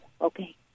Okay